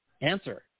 answer